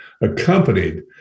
accompanied